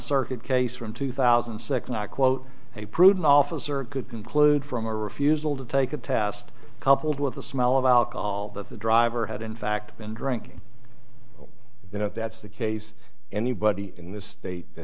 circuit case from two thousand and six not quote a prudent officer could conclude from a refusal to take a test coupled with the smell of alcohol that the driver had in fact been drinking you know if that's the case anybody in this state that